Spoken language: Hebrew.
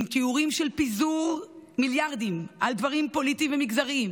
עם תיאורים של פיזור מיליארדים על דברים פוליטיים ומגזריים,